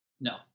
no